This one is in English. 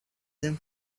them